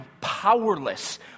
powerless